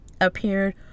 appeared